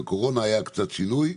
בקורונה היה קצת שינוי,